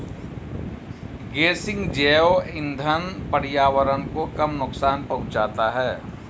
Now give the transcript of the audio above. गेसिंग जैव इंधन पर्यावरण को कम नुकसान पहुंचाता है